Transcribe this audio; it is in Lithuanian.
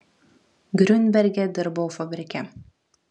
griunberge dirbau fabrike